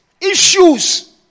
issues